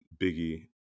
biggie